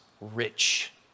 rich